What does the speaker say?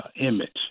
image